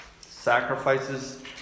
Sacrifices